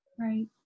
Right